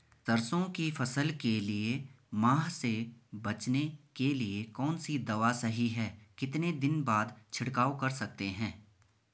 सरसों की फसल के लिए माह से बचने के लिए कौन सी दवा सही है कितने दिन बाद छिड़काव कर सकते हैं?